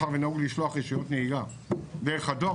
מאחר ונהוג לשלוח רישיונות נהיגה דרך הדואר,